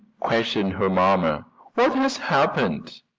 questioned her mamma. what has happened?